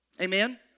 Amen